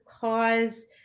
cause